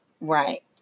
right